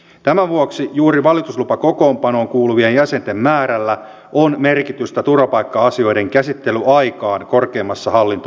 tämän vuoksi juuri valituslupakokoonpanoon kuuluvien jäsenten määrällä on merkitystä turvapaikka asioiden käsittelyaikaan korkeimmassa hallinto oikeudessa